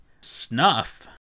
Snuff